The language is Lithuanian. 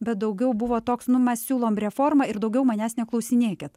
bet daugiau buvo toks nu mes siūlom reformą ir daugiau manęs neklausinėkit